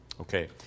Okay